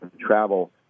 travel